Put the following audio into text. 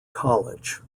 college